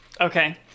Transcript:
Okay